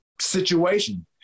situation